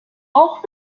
auch